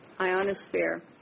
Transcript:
ionosphere